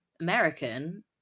American